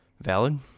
valid